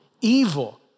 evil